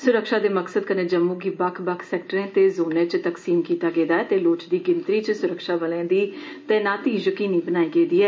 सुरक्षा दे मकसद कन्नै जम्मू गी बक्ख बक्ख सैक्टरें ते ज़ोनें च तकसीम कीता गेदा ऐ ते लोड़चदी गिनतरी च स्रक्षाबलें दी तैनात यकीनी बनाई गेदी ऐ